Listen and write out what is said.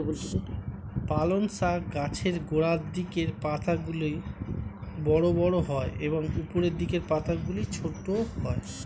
পালং শাক গাছের গোড়ার দিকের পাতাগুলো বড় বড় হয় এবং উপরের দিকের পাতাগুলো ছোট হয়